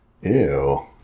Ew